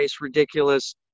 ridiculous